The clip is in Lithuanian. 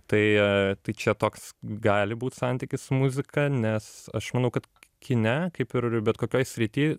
tai tai čia toks gali būt santykis su muzika nes aš manau kad kine kaip ir bet kokioj srity